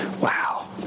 Wow